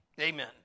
Amen